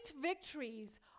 victories